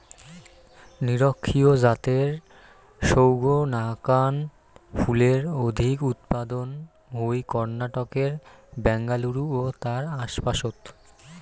নিরক্ষীয় জাতের সৌগ নাকান ফুলের অধিক উৎপাদন হই কর্ণাটকের ব্যাঙ্গালুরু ও তার আশপাশত